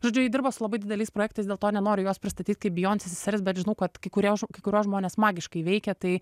žodžiu ji dirba su labai dideliais projektais dėl to nenoriu jos pristatyt kaip beyonce sesers bet žinau kad kai kurie kai kuriuos žmones magiškai veikia tai